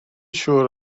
siŵr